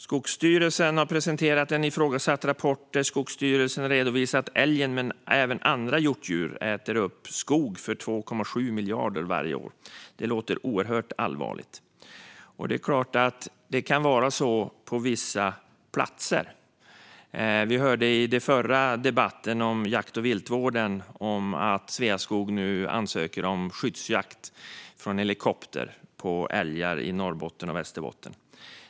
Skogsstyrelsen har presenterat en ifrågasatt rapport där man redovisar att älgen och andra hjortdjur äter upp skog för 2,7 miljarder varje år. Det låter oerhört allvarligt. Det är klart att det kan vara så på vissa platser. I den föregående debatten, om jakt och viltvård, hörde vi att Sveaskog nu ansöker om skyddsjakt från helikopter på älgar i Norrbotten och Västerbotten.